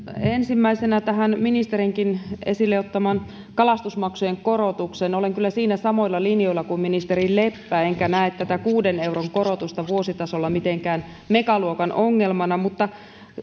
ensimmäisenä tähän ministerinkin esille ottamaan kalastusmaksujen korotukseen olen kyllä siinä samoilla linjoilla kuin ministeri leppä enkä näe tätä kuuden euron korotusta vuositasolla mitenkään megaluokan ongelmana mutta